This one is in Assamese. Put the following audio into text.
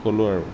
ক'লো আৰু